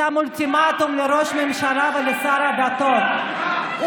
שם אולטימטום לראש הממשלה ולשר הדתות.